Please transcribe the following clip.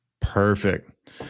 Perfect